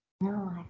no